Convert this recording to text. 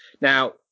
Now